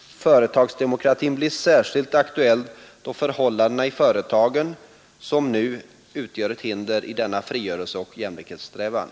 Företagsdemokratin blir särskilt aktuell då förhållandena i företagen, som nu, utgör ett hinder i denna frigörelseoch jämlikhetssträvan.”